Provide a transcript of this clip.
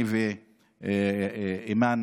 אני ואימאן,